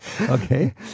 Okay